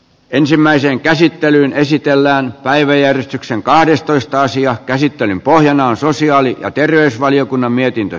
ensimmäiseen käsittelyyn esitellään päiväjärjestyksen kahdestoista asian käsittelyn pohjana on sosiaali ja terveysvaliokunnan mietintö